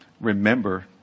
remember